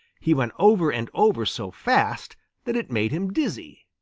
he went over and over so fast that it made him dizzy.